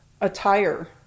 attire